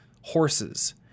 horses